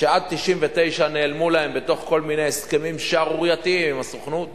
עד 1999 נעלמו להם בתוך כל מיני הסכמים שערורייתיים עם הסוכנות.